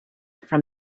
from